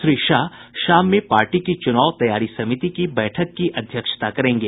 श्री शाह शाम में पार्टी की चुनाव तैयारी समिति की बैठक की अध्यक्षता करेंगे